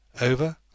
Over